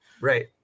Right